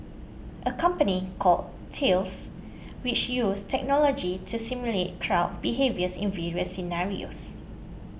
a company called Thales which uses technology to simulate crowd behaviours in various scenarios